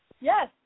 Yes